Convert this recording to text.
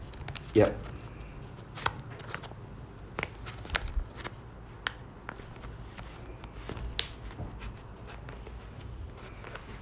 yup